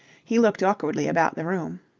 he looked awkwardly about the room.